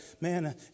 man